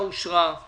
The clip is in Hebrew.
הצבעה בעד, 3 נגד,